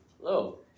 hello